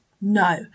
No